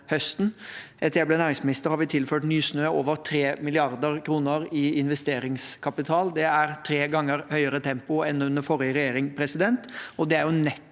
Etter at jeg ble næringsminister har vi tilført Nysnø over 3 mrd. kr i investeringskapital. Det er et tre ganger høyere tempo enn under forrige regjering, og det er nettopp